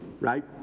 right